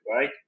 right